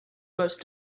most